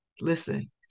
listen